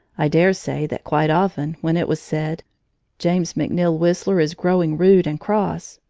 i dare say that quite often when it was said james mcneill whistler is growing rude and cross,